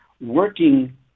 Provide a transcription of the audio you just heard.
working